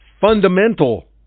fundamental